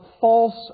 false